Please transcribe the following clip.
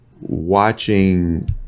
watching